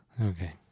Okay